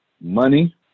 money